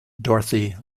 dorothy